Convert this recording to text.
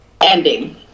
ending